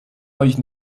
euch